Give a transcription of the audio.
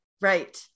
right